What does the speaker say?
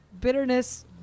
bitterness